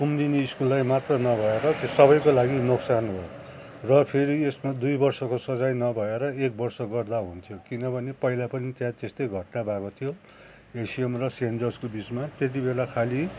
कुमुदिनी स्कुललाई मात्र न भएर त्यो सबैको लागि नोक्सान हो र फेरि यसमा दुई वर्षको सजाय नभएर एक वर्षको गर्दा हुन्थ्यो किनभने पहिला पनि त्यहाँ त्यस्तै घटना भएको थियो एसयुएमआई र सेन्ट जर्जको बिचमा त्यति बेला खालि